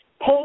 Pay